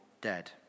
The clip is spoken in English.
dead